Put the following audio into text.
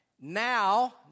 Now